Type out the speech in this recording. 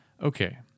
Okay